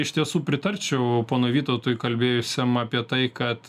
iš tiesų pritarčiau ponui vytautui kalbėjusiam apie tai kad